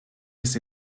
ist